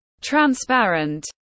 transparent